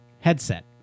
headset